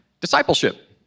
discipleship